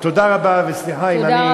תודה רבה וסליחה אם אני לא הקשבתי.